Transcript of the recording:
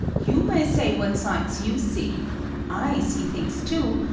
you may say what sights you see i see things too,